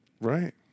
Right